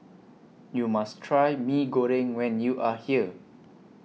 YOU must Try Mee Goreng when YOU Are here